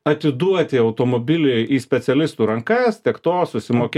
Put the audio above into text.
atiduoti automobilį į specialistų rankas tiek to susimokėt šiek tiek daugiau